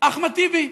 אחמד טיבי,